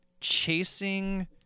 chasing